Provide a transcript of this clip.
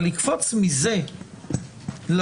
אבל לקפוץ מזה לרעיון